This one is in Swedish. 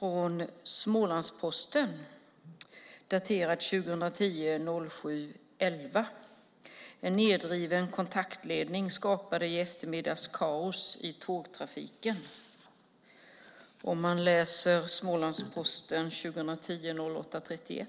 I Smålandsposten daterad den 11 juli 2010 kan man läsa: En nedriven kontaktledning skapade i eftermiddags kaos i tågtrafiken. I Smålandsposten den 31 augusti 2010 står att läsa: